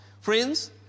Friends